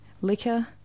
liquor